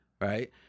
Right